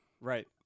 Right